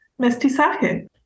mestizaje